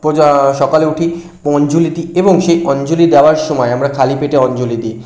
সকালে উঠি অঞ্জলি দিই এবং সেই অঞ্জলি দেওয়ার সময় আমরা খালি পেটে অঞ্জলি দিই